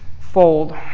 Fold